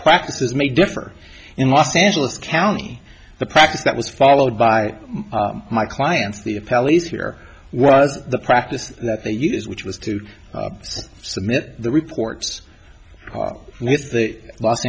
practices may differ in los angeles county the practice that was followed by my clients the a pelleas here was the practice that they used which was to submit the reports